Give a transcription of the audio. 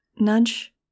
Nudge